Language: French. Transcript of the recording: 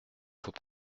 faut